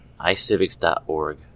iCivics.org